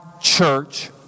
church